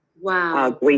Wow